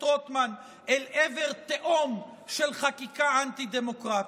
רוטמן אל עבר תהום של חקיקה אנטי-דמוקרטית.